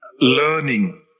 learning